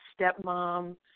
stepmom